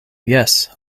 jes